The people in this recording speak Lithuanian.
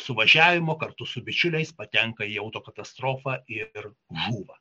suvažiavimo kartu su bičiuliais patenka į auto katastrofą ir žūva